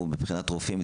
מבוטחים?